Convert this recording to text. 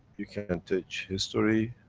you can teach history,